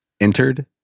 entered